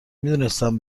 میدونستم